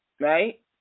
Right